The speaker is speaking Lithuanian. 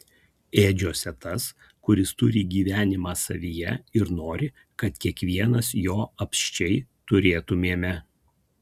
ėdžiose tas kuris turi gyvenimą savyje ir nori kad kiekvienas jo apsčiai turėtumėme